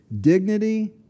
dignity